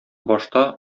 башта